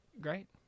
Great